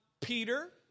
Peter